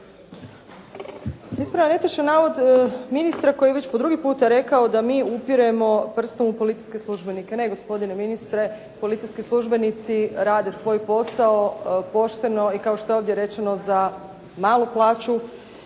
Ispravljam netočan navod ministra koji je već po drugi puta rekao da mi upiremo prstom u policijske službenike. Ne, gospodine ministre policijski službenici rade svoj posao pošteno i kao što je ovdje rečeno za malu plaću.